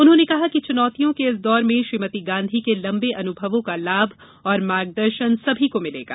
उन्होंने कहा कि चुनौतियों के इस दौर में श्रीमति गांधी के लम्बे अनुभवों का लाभ और मार्गदर्शन सभी को मिलेगा